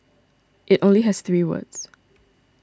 it only has three words